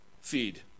feed